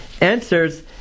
answers